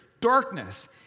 darkness